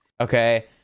okay